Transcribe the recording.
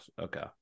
Okay